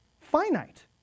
finite